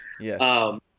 Yes